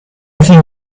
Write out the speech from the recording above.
think